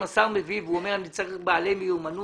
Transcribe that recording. אם השר מביא והוא אומר שהוא צריך בעלי מיומנות